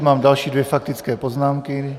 Mám další dvě faktické poznámky.